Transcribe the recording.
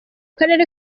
karere